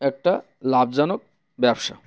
একটা লাভজনক ব্যবসা